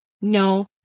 no